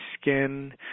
skin